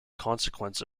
consequence